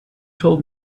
told